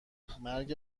مرگ